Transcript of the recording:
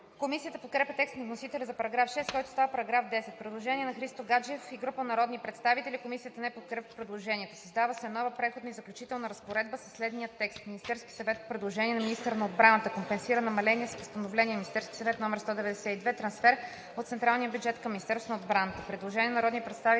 Комисията подкрепя текста на вносителя за § 6, който става § 10. Предложение на народния представители Христо Гаджев и група народни представители. Комисията не подкрепя предложението. „Създава се нова преходна и заключителна разпоредба със следния текст: §... „Министерският съвет, по предложение на министъра на отбраната, компенсира намаления с постановление на Министерския съвет № 192 трансфер от централния бюджет към министерство на отбраната.“ Предложение на народния представител